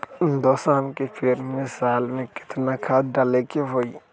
दस आम के पेड़ में साल में केतना खाद्य डाले के होई?